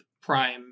prime